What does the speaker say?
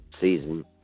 season